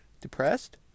depressed